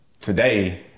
today